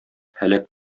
һәлак